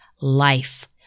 life